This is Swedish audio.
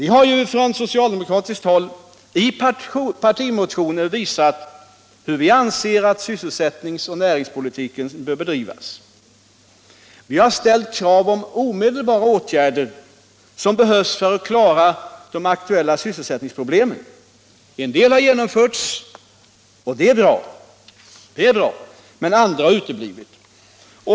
Från socialdemokratiskt håll har vi i partimotioner visat hur vi anser att sysselsättningsoch näringspolitiken bör bedrivas. Vi har ställt krav på omedelbara åtgärder, som behövs för att klara de aktuella sysselsättningsproblemen. En del åtgärder har genomförts, och det är bra, men andra har uteblivit.